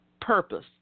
purpose